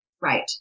Right